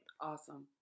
awesome